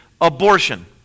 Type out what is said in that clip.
abortion